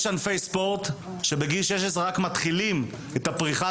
יש ענפי ספורט שבגיל 16 רק מתחילים את הפריחה